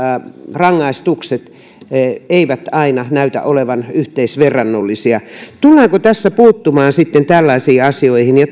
rangaistukset eivät aina näytä olevan yhteisverrannollisia tullaanko tässä puuttumaan sitten tällaisiin asioihin ja